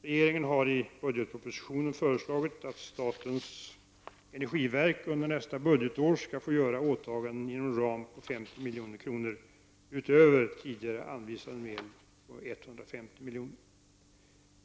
Regeringen har i budgetpropositionen föreslagit att statens energiverk under nästa budgetår skall få göra åtaganden inom en ram på 50 milj.kr. utöver tidigare anvisade medel .